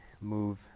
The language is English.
move